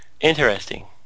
interesting